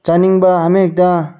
ꯆꯥꯅꯤꯡꯕ ꯑꯃꯍꯦꯛꯇ